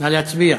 נא להצביע.